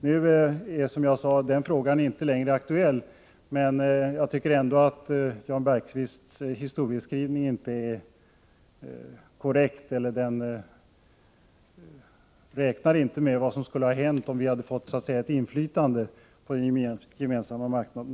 Nu är, som jag sade, den frågan inte längre aktuell. Men jag tycker ändå att Jan Bergqvists historieskrivning inte räknar med vad som skulle ha hänt, om vi hade fått ett inflytande på den gemensamma marknaden.